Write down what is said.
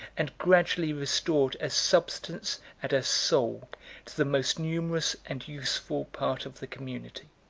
and gradually restored a substance and a soul to the most numerous and useful part of the community.